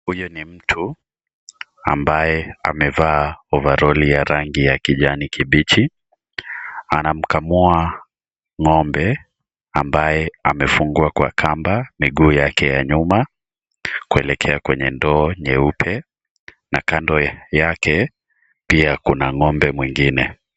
Huyu ni mtu ambaye amevaa ovaroli ya rangi ya kijani kibichi anamkamua ngombe ambaye amefungwa Kwa Kamba miguu yake ya nyuma kuelekea kwenye ndoo nyeupe na Kando yake pia kuna ngombe mwingine.